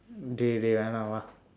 dey dey வேண்டாம் வா:veendaam vaa